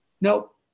nope